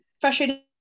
frustrated